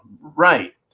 right